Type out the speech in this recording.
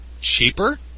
cheaper